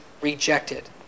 rejected